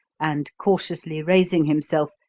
and, cautiously raising himself,